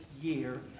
year